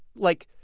like,